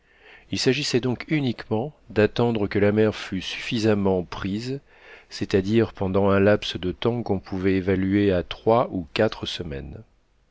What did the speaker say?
il s'agissait donc uniquement d'attendre que la mer fût suffisamment prise c'est-àdire pendant un laps de temps qu'on pouvait évaluer à trois ou quatre semaines